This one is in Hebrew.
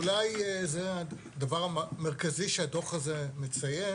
אולי זה הדבר המרכזי שהדוח הזה מציין.